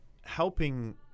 helping